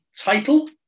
title